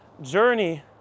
journey